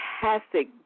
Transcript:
fantastic